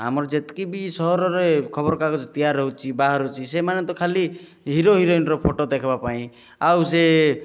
ଆମର ଯେତିକି ବି ସହରରେ ଖବର କାଗଜ ତିଆରି ହେଉଛି ବାହାରୁଛି ସେମାନେ ତ ଖାଲି ହିରୋ ହିରୋଇନ୍ର ଫଟୋ ଦେଖବାପାଇଁ ଆଉ ସେ